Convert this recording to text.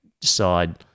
decide